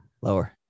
Lower